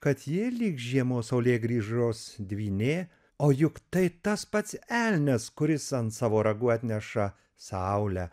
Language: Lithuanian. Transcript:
kad ji lyg žiemos saulėgrįžos dvynė o juk tai tas pats elnias kuris ant savo ragų atneša saulę